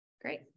Great